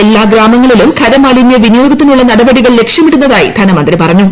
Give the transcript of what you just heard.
എല്ലാ ഗ്രാമങ്ങളിലും ഖരമാലിനൃ വിനിയോഗത്തിനുള്ള നടപടികൾ ലക്ഷ്യമിടുന്നതായി ധനമന്ത്രി പറഞ്ഞു